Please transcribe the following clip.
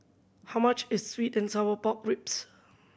how much is sweet and sour pork ribs